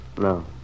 No